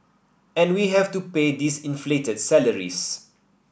and we have to pay these inflated salaries